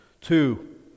Two